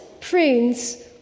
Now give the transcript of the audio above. prunes